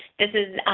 this is.